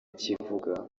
kivuga